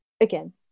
again